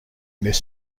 this